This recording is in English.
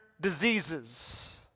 diseases